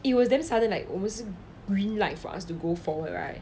it was damn sudden like 我们是 green light for us to go forward right